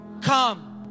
come